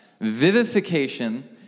Vivification